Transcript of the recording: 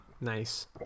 Nice